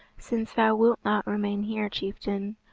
since thou wilt not remain here, chieftain,